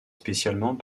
spécialement